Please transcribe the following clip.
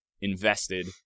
invested